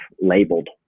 labeled